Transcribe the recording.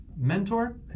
mentor